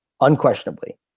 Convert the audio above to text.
unquestionably